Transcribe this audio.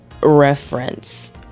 reference